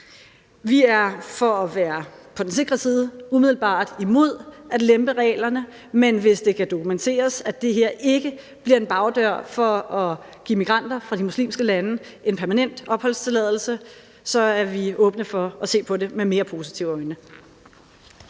Vi er for at være på den sikre side umiddelbart imod at lempe reglerne, men hvis det kan dokumenteres, at det her ikke bliver en bagdør for at give migranter fra de muslimske lande en permanent opholdstilladelse, så er vi åbne for at se på det med mere positive øjne.